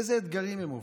איזה אתגרים הם עוברים.